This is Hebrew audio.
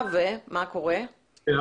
ומה קורה?